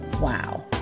Wow